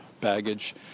baggage